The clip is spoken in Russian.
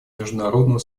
международного